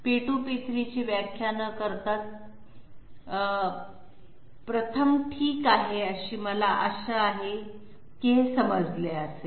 p2 p3 ची व्याख्या न करता चुकीचे प्रथम ठीक आहे मला आशा आहे की हे समजले असेल